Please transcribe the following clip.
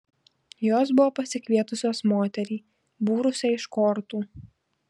jos buvo pasikvietusios moterį būrusią iš kortų